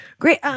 Great